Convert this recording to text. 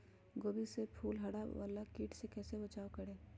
गोभी के फूल मे हरा वाला कीट से कैसे बचाब करें?